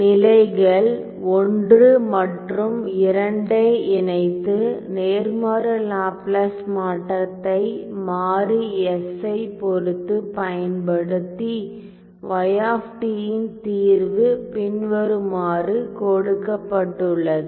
நிலைகள் 1 மற்றும் 2 ஐ இணைத்து நேர்மாறு லாப்லாஸ் மாற்றத்தை மாறி s ஐப் பொறுத்து பயன்படுத்தி y ன் தீர்வு பின்வருமாறு கொடுக்கப்பட்டுள்ளது